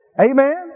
Amen